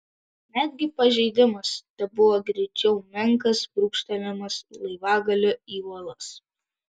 netgi pažeidimas tebuvo greičiau menkas brūkštelėjimas laivagaliu į uolas